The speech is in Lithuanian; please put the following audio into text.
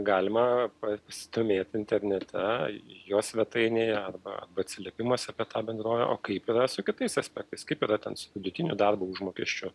galima pasidomėti internete jos svetainėje arba atsiliepimuose apie tą bendrovę o kaip yra su kitais aspektais kaip yra ten su vidutinio darbo užmokesčio